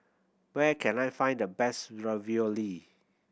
where can I find the best Ravioli